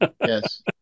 Yes